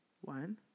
one